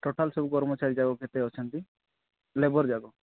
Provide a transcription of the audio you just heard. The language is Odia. ଟୋଟାଲ୍ ସବୁ କର୍ମଚାରୀ ଯାକ କେତେ ଅଛନ୍ତି ଲେବର୍ ଯାକ